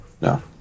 No